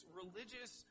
religious